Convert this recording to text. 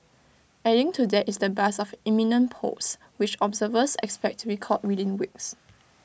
adding to that is the buzz of imminent polls which observers expect to be called within weeks